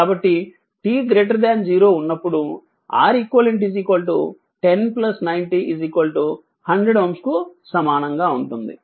కాబట్టి t 0 ఉన్నప్పుడు Req 10 90 100Ω కు సమానంగా ఉంటుంది